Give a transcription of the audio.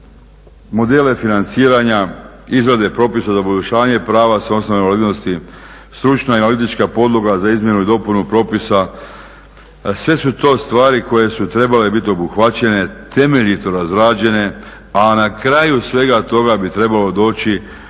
modele financiranja, izrade propisa za …/Govornik se ne razumije./… prava sa osnove invalidnosti, stručna i analitička podloga za izmjenu i dopunu propisa. Sve su to stvari koje su trebale biti obuhvaćene, temeljito razrađene, a na kraju svega toga bi trebalo doći